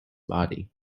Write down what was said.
body